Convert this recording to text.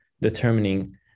determining